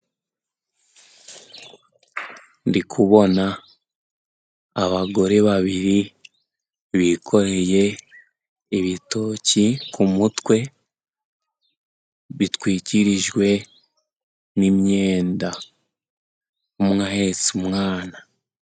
Ndi kubona abagore babiri bikoreye ibitoki ku mutwe bitwikirijwe n'inyenda. Umwe ahetse umwana.